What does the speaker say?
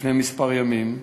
לפני ימים אחדים,